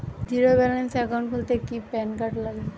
Zero balance account খুলতে কি PAN card লাগে?